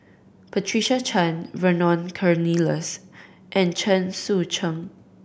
Patricia Chan Vernon Cornelius and Chen Sucheng